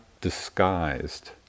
disguised